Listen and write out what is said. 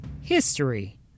history